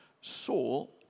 Saul